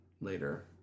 later